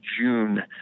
June